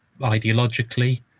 ideologically